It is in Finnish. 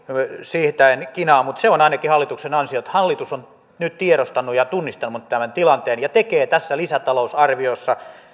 siitä en kinaa mutta se on ainakin hallituksen ansiota että hallitus on nyt tiedostanut ja tunnistanut tämän tilanteen ja tekee tässä lisätalousarviossa